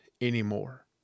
anymore